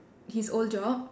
his old job